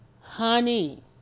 honey